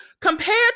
compared